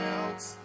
else